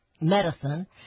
medicine